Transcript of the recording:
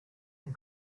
and